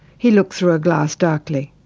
he looked through a glass darkly.